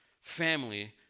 family